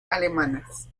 alemanas